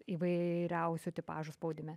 įvairiausio tipažo spaudime